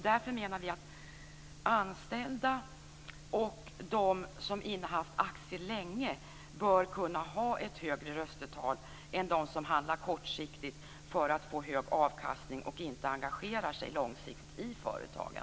Därför menar vi att anställda och de som innehaft aktier länge bör kunna ha ett högre röstvärde på sina aktier än de som handlar kortsiktigt för att få hög avkastning och inte engagerar sig långsiktigt i företagen.